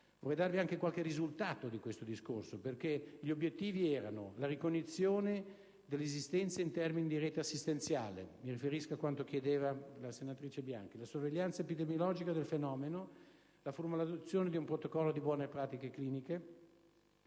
Vorrei darvi anche qualche risultato di questo discorso, perché gli obiettivi erano la ricognizione dell'esistenza in termini di rete assistenziale (mi riferisco a quanto chiedeva la senatrice Bianchi), la sorveglianza epidemiologica del fenomeno, la formulazione di un protocollo di buone pratiche cliniche